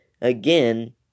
Again